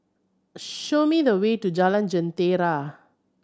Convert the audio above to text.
show me the way to Jalan Jentera